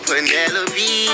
Penelope